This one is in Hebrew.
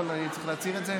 אני צריך להצהיר את זה?